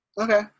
Okay